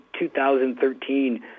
2013